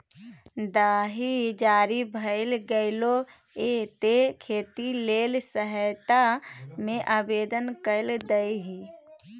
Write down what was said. दाही जारी भए गेलौ ये तें खेती लेल सहायता मे आवदेन कए दही